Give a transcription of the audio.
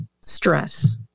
stress